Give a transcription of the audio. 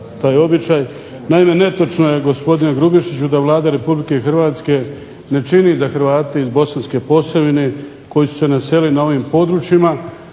Naime, netočno je gospodine Grubišiću da Vlada Republike Hrvatske ne čini za Hrvate iz Bosanske Posavine koji su se naselili na ovim područjima.